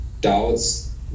doubts